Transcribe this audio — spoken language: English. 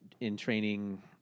in-training